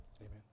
Amen